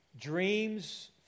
Dreams